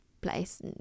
place